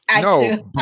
no